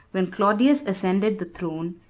when claudius ascended the throne,